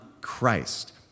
Christ